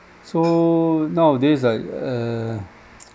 so nowadays like err